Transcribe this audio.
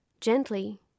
Gently